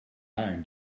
iron